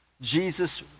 Jesus